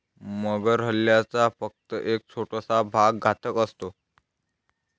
मगर हल्ल्याचा फक्त एक छोटासा भाग घातक असतो